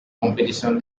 competition